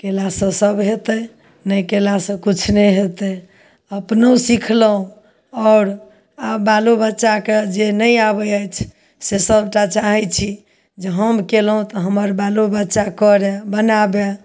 कयलासँ सब हेतय नहि कयलासँ किछु नहि हेतइ अपनो सिखलहुँ आओर आ बालोबच्चाकेजे नहि आबय अछि से सबटा चाहय छी जे कयलहुँ तऽ हमर बालोबच्चा करय बनाबय